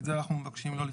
את זה אנחנו מבקשים לא לפתוח.